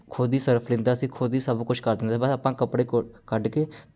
ਖੁਦ ਹੀ ਸਰਫ਼ ਲੈਂਦਾ ਸੀ ਖੁਦ ਹੀ ਸਭ ਕੁਛ ਕਰ ਦਿੰਦਾ ਬਸ ਆਪਾਂ ਕੱਪੜੇ ਕੁ ਕੱਢ ਕੇ